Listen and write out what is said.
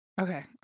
okay